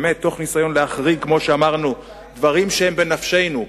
תוך ניסיון להחריג דברים שהם בנפשנו,